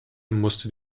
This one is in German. musste